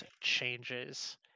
Changes